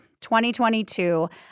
2022